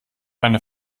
eine